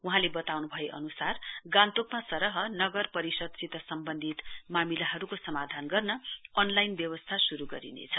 वहाँले बताउन् भए अनुसार गान्तोकमा सरह नगर परिषदसित सम्वन्धित मामिलाहरूको समाधान गर्न अनलाईन व्यवस्था ग्रू गरिनेछ